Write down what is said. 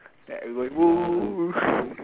then everybody !woo!